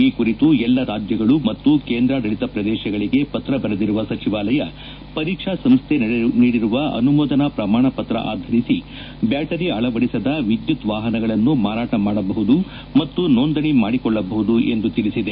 ಈ ಕುರಿತು ಎಲ್ಲ ರಾಜ್ಗಳು ಮತ್ತು ಕೇಂದ್ರಾಡಳಿತ ಪ್ರದೇಶಗಳಿಗೆ ಪತ್ರ ಬರೆದಿರುವ ಸಚಿವಾಲಯ ಪರೀಕ್ಷಾ ಸಂಸ್ಥೆ ನೀಡಿರುವ ಅನುಮೋದನಾ ಪ್ರಮಾಣಪತ್ರ ಆಧರಿಸಿ ಬ್ಯಾಟರಿ ಅಳವಡಿಸದ ವಿದ್ಯುತ್ ವಾಹನಗಳನ್ನು ಮಾರಾಟ ಮಾಡಬಹುದು ಮತ್ತು ನೋಂದಣಿ ಮಾಡಿಕೊಳ್ಳಬಹುದು ಎಂದು ತಿಳಿಸಿದೆ